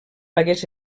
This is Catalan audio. hagués